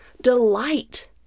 delight